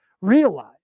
Realize